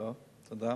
טוב, תודה.